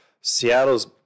Seattle's